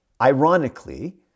ironically